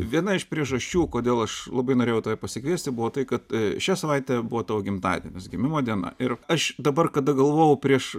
viena iš priežasčių kodėl aš labai norėjau tave pasikviesti buvo tai kad šią savaitę buvo tavo gimtadienis gimimo diena ir aš dabar kada galvojau prieš